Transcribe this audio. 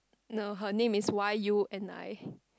no her name is Y_U_N_I